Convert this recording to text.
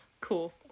Cool